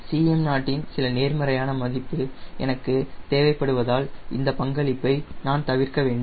Cm0 இன் சில நேர்மறையான மதிப்பு எனக்கு தேவைப்படுவதால் இந்த பங்களிப்பை நான் தவிர்க்க வேண்டும்